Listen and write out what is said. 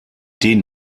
den